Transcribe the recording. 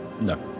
No